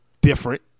different